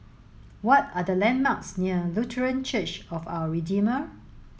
what are the landmarks near Lutheran Church of Our Redeemer